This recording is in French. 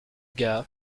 gars